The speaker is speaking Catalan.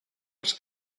els